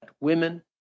Women